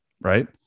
right